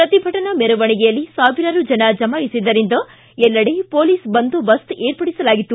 ಪ್ರತಿಭಟನಾ ಮೆರವಣಿಗೆಯಲ್ಲಿ ಸಾವಿರಾರು ಜನ ಜಮಾಯಿಸಿದ್ದರಿಂದ ಎಲ್ಲೆಡೆ ಪೊಲೀಸ್ ಬಂದೋಬಸ್ತ್ ಏರ್ಪಡಿಸಲಾಗಿತ್ತು